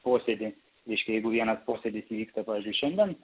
posėdį reiškia jeigu vienas posėdis įvyksta pavyzdžiui šiandien